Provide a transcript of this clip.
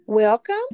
Welcome